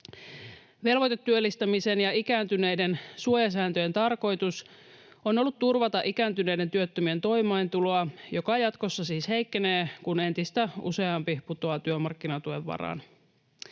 Velvoitetyöllistämisen ja ikääntyneiden suojasääntöjen tarkoitus on ollut turvata ikääntyneiden työttömien toimeentuloa, joka jatkossa siis heikkenee, kun entistä useampi putoaa työmarkkinatuen varaan.